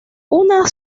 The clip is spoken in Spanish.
una